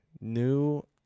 new